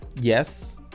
Yes